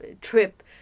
Trip